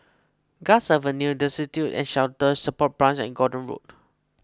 Guards Avenue Destitute and Shelter Support Branch and Gordon Road